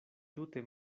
tute